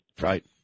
Right